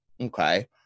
Okay